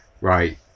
right